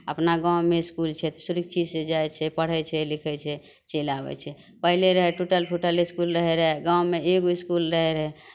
अपना गाँवमे इसकुल छै तऽ सुरक्षितसँ जाइ छै पढ़ै छै लिखै छै चलि आबै छै पहिले रहै टूटल फूटल इसकुल रहैत रहय गाँवमे एगो इसकुल रहैत रहय